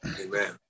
Amen